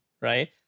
right